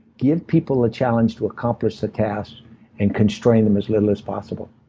give people a challenge to accomplish the task and constrain them as little as possible.